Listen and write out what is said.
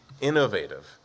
innovative